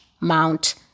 Mount